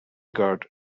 guard